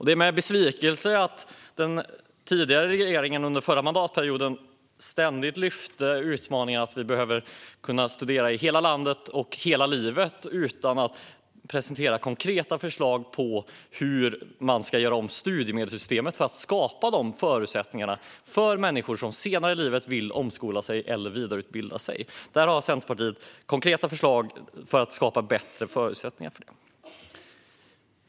Det var en besvikelse att den tidigare regeringen under förra mandatperioden ständigt lyfte fram utmaningen med att vi behöver kunna studera i hela landet och hela livet utan att presentera konkreta förslag på hur man ska göra om studiemedelssystemet för att skapa de förutsättningarna för människor som senare i livet vill omskola sig eller vidareutbilda sig. Centerpartiet har konkreta förslag för att skapa bättre förutsättningar för det.